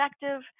effective